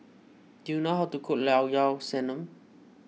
do you know how to cook Llao Llao Sanum